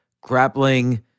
grappling